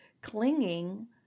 clinging